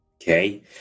Okay